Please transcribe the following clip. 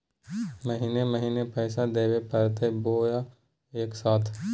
महीने महीने पैसा देवे परते बोया एके साथ?